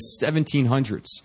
1700s